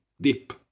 deep